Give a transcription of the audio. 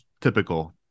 typical